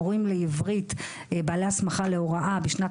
המורים לעברית בעלי הסמכה להוראה בשנת